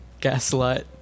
Gaslight